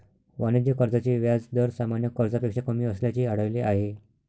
वाणिज्य कर्जाचे व्याज दर सामान्य कर्जापेक्षा कमी असल्याचे आढळले आहे